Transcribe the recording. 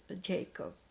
Jacob